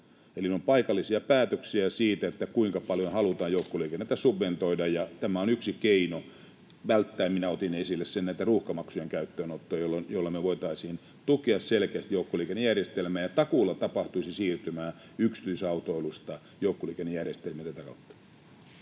ne ovat paikallisia päätöksiä siitä, kuinka paljon halutaan joukkoliikennettä subventoida. Tämä on yksi keino välttää... Minä otin esille sen ruuhkamaksujen käyttöönoton, jolloin me voitaisiin tukea selkeästi joukkoliikennejärjestelmää, ja takuulla tapahtuisi siirtymää yksityisautoilusta joukkoliikennejärjestelmiin tätä kautta.